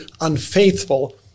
unfaithful